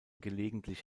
gelegentlich